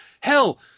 hell